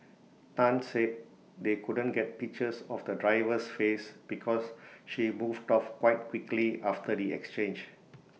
Tan said they couldn't get pictures of the driver's face because she moved off quite quickly after the exchange